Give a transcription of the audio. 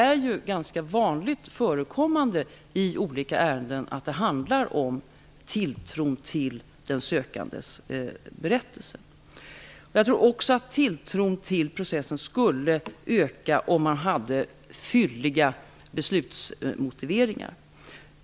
Det är ju ganska vanligt förekommande att de olika ärendena handlar om tilltron till den sökandes berättelse. Jag tror också att tilltron till processen skulle öka om man hade fylliga beslutsmotiveringar.